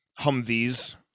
Humvees